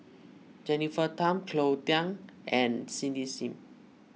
Jennifer Tham Cleo Thang and Cindy Sim